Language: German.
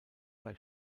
bei